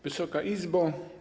Wysoka Izbo!